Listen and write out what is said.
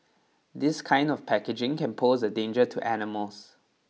this kind of packaging can pose a danger to animals